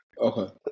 Okay